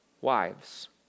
Wives